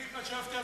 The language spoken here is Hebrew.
אני חשבתי,